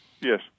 Yes